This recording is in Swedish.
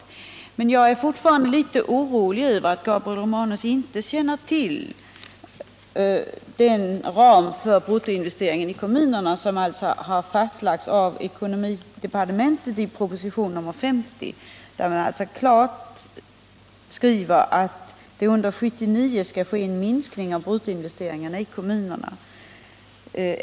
Jag är emellertid fortfarande oroad över att Gabriel Romanus inte känner till den ram för bruttoinvesteringen i kommunerna som har fastlagts i ekonomidepartementet i propositionen 50. Där har man klart uttalat att det 99 under 1979 skall ske en minskning av bruttoinvesteringarna i kommunerna.